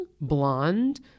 blonde